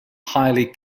highly